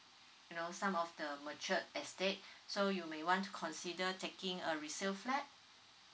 you know some of the mature estate so you may want to consider taking a resale flat